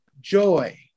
joy